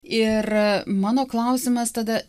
ir mano klausimas tada